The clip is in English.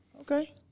Okay